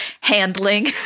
handling